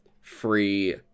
free